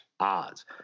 odds